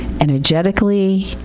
energetically